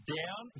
down